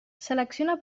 selecciona